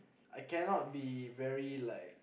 I cannot be very like